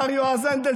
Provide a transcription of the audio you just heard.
השר יועז הנדל,